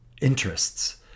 interests